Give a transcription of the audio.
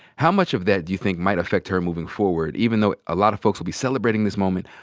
how much of that do you think might affect her moving forward? even though a lot of folks will be celebrating this moment,